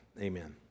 Amen